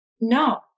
no